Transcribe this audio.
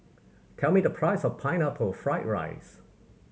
tell me the price of Pineapple Fried rice